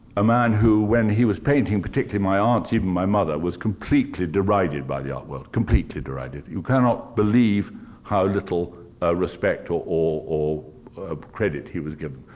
a man who, when he was painting, particularly my aunts, even my mother, was completely derided by the art world. completely derided. you cannot believe how little respect, or or credit he was given.